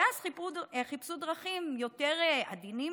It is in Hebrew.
ואז חיפשו דרכים יותר עדינות,